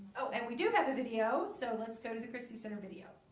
oh and we do have the video so let's go to the christy center video